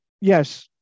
yes